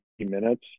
minutes